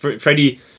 Freddie